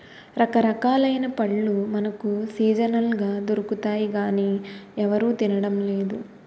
రకరకాలైన పళ్ళు మనకు సీజనల్ గా దొరుకుతాయి గానీ ఎవరూ తినడం లేదు